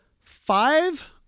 five